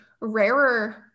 rarer